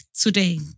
Today